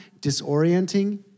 disorienting